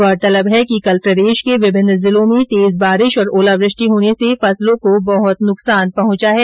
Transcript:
गौरतलब है कि कल प्रदेश के विभिन्न जिलों में तेज बारिश और ओलावृष्टि होने से फसलों को बहुत नुकसान पहुंचा है